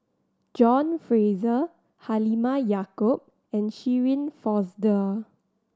John Fraser Halimah Yacob and Shirin Fozdar